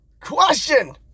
question